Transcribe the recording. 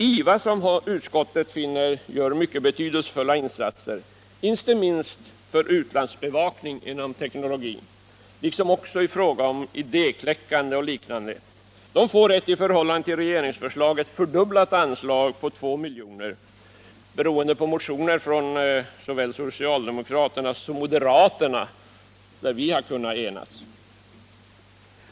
IVA, som utskottet finner gör mycket betydelsefulla insatser inte minst för utlandsbevakningen inom teknologin liksom i fråga om idékläckande och liknande, får ett i förhållande till regeringsförslaget fördubblat anslag på två miljoner, med anledning av motioner från socialdemokraterna och moderaterna, som här kunnat enas.